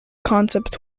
concept